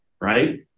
right